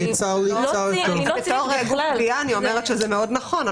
כגוף גבייה אני אומרת שזה מאוד נכון.